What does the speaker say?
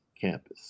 campus